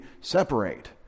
separate